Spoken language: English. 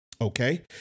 okay